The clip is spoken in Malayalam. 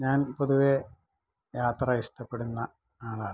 ഞാൻ പൊതുവെ യാത്ര ഇഷ്ടപ്പെടുന്ന ആളാണ്